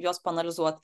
juos paanalizuot